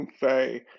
say